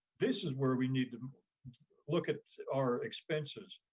this is where we need to look at our expenses.